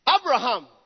Abraham